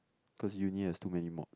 cause uni has too many mod